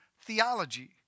theology